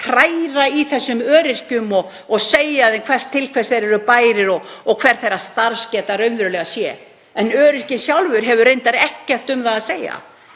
hræra í þessum öryrkjum og segja þeim til hvers þeir eru bærir og hver þeirra starfsgeta raunverulega sé. En öryrkinn sjálfur hefur reyndar ekkert um það að segja.